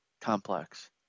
complex